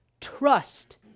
trust